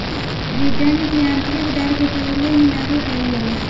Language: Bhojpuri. रिटर्न की आतंरिक दर के पहिले ही लागू कईल जाला